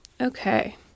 Okay